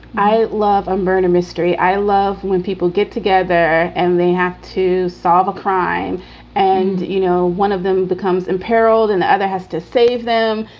i love a murder mystery. i love when people get together and they have to solve a crime and you know one one of them becomes imperilled and the other has to save them.